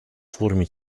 форуме